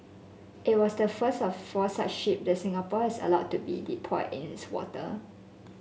it was the first of four such ship that Singapore has allowed to be deployed in its water